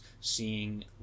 seeing